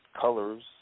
colors